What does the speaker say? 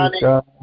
God